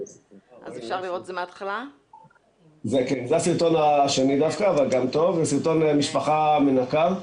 זה הסרטון השני, משפחה מנקה.